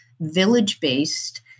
village-based